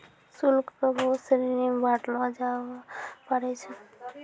शुल्क क बहुत श्रेणी म बांटलो जाबअ पारै छै